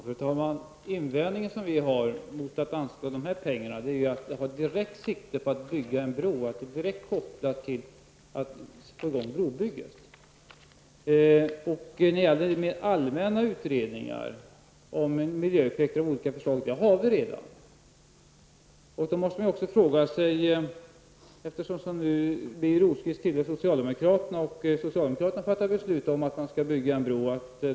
Fru talman! Vår invändning mot att dessa pengar anslås är att man direkt siktar på ett byggande av en bro. Det finns alltså en direkt koppling till ett brobygge. Allmänna utredningar beträffande miljöeffekter och olika förslag finns redan. Birger Rosqvist är ju socialdemokrat. Och ganska nyligen bestämde ju ni socialdemokrater er för en bro.